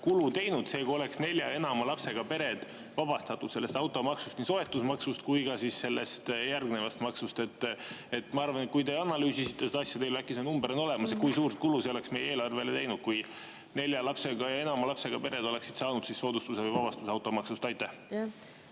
kulu teinud see, kui nelja ja enama lapsega pered oleks vabastatud sellest automaksust, nii soetusmaksust kui ka sellest järgnevast maksust? Ma arvan, et kui te analüüsisite seda asja, siis äkki see number on olemas. Kui suurt kulu see oleks meie eelarvele teinud, kui nelja ja enama lapsega pered oleksid saanud soodustuse või vabastuse automaksust? Aitäh,